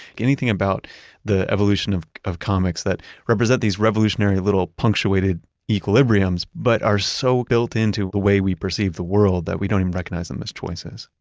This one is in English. anything about the evolution of of comics that represent these revolutionary little punctuated equilibriums, but are so built into the way we perceive the world that we don't even recognize them as choices